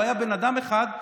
לא היה בן אדם אחד.